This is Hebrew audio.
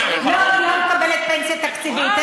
תספרי לציבור אם את מקבלת פנסיה תקציבית.